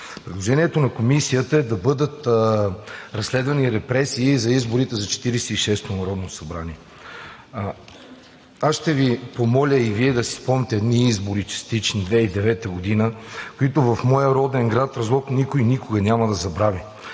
Предложението на комисията е да бъдат разследвани репресии за изборите за 46-ото народно събрание. Ще Ви помоля и Вие да си спомните едни частични избори през 2009 г., които в моя роден град Разлог, никой никога няма да забрави.